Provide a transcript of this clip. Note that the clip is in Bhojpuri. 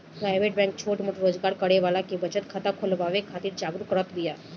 प्राइवेट बैंक छोट मोट रोजगार करे वाला के बचत खाता खोलवावे खातिर जागरुक करत बिया